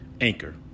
Anchor